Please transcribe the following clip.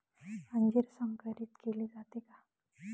अंजीर संकरित केले जाते का?